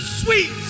sweet